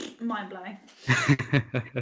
mind-blowing